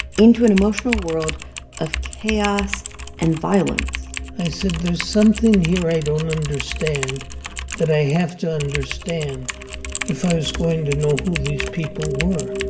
into an emotional world of chaos and violence i said there's something here i don't understand that i have to understand if i was going to know who these people were